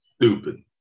Stupid